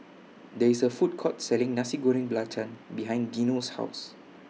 There IS A Food Court Selling Nasi Goreng Belacan behind Geno's House